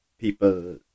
people